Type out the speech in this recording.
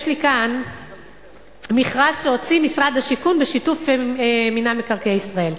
יש לי כאן מכרז שהוציא משרד השיכון בשיתוף מינהל מקרקעי ישראל.